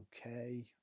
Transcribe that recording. okay